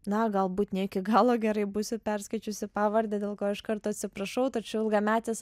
na galbūt ne iki galo gerai būsiu perskaičiusi pavardę dėl ko iš karto atsiprašau tačiau ilgametis